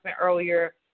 earlier